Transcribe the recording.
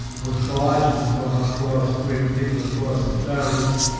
with barges going across, bringing people across in ferries,